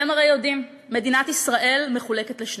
אתם הרי יודעים שמדינת ישראל מחולקת לשתיים,